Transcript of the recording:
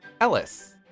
Ellis